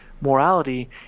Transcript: morality